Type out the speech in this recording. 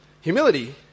Humility